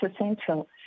essential